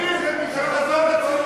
אני רוצה משפט סיום.